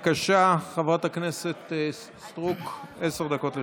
בבקשה, חברת הכנסת סטרוק, עשר דקות לרשותך.